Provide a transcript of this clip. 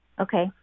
okay